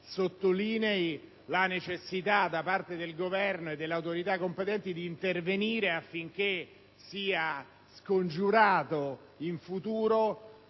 sottolinei la necessità che il Governo e le autorità competenti intervengano affinché sia scongiurato in futuro